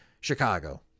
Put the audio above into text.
Chicago